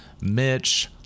Mitch